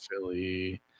Philly